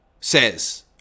says